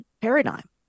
paradigm